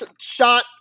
shot